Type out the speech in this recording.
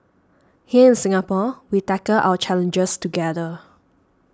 here in Singapore we tackle our challenges together